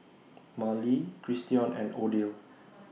Marley Christion and Odile